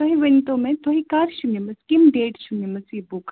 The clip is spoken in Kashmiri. تُہۍ ؤنٛتو مےٚ تُہۍ کَر چھو نِمٕژ کَمہِ ڈیٹ چھو نِمٕژ یہِ بُک